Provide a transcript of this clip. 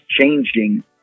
changing